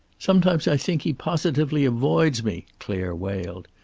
sometimes i think he positively avoids me, clare wailed.